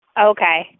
Okay